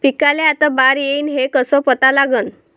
पिकाले आता बार येईन हे कसं पता लागन?